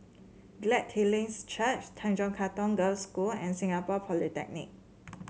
Glad Tidings Church Tanjong Katong Girls' School and Singapore Polytechnic